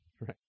Right